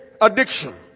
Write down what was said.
addiction